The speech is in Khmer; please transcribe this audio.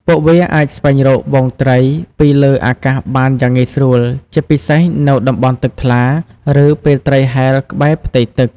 ពួកវាអាចស្វែងរកហ្វូងត្រីពីលើអាកាសបានយ៉ាងងាយស្រួល ជាពិសេសនៅតំបន់ទឹកថ្លា ឬពេលត្រីហែលក្បែរផ្ទៃទឹក។